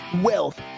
wealth